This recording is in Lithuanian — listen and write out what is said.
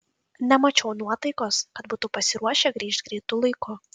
nemačiau nuotaikos kad būtų pasiruošę grįžt greitu laiku